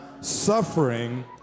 suffering